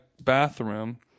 bathroom